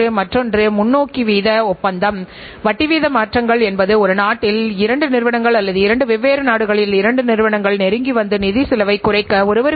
இதன் மூலம் பெரும்பாலும் சுற்றியுள்ள வாடிக்கையாளர்களின் முகவர்கள் விற்பனையாளர்கள் அல்லது அமைப்புகளின் முகவர்கள் அனைவரும் பாதிக்கப்படுவர்